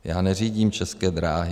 Já neřídím České dráhy.